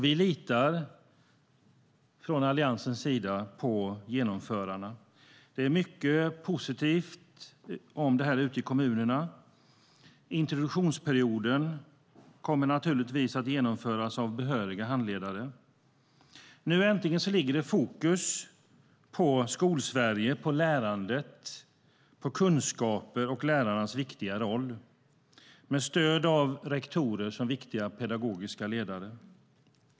Vi litar från Alliansens sida på genomförarna. Det är mycket positivt ute i kommunerna. Introduktionsperioden kommer naturligtvis att genomföras av behöriga handledare. Nu ligger äntligen fokus på Skolsverige, lärandet, kunskaper och lärarnas viktiga roll, med stöd av rektorer som viktiga pedagogiska ledare.